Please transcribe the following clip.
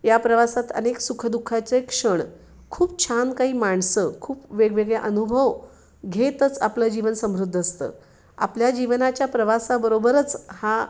या प्रवासात अनेक सुखदुख चे क्षण खूप छान काही माणसं खूप वेगवेगळे अनुभव घेतच आपलं जीवन समृद्ध असतं आपल्या जीवनाच्या प्रवासाबरोबरच हा